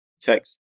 text